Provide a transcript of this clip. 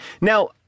Now